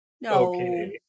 No